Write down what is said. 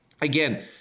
again